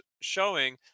showing